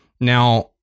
Now